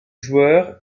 joueur